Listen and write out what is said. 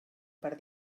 per